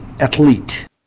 athlete